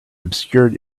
obscured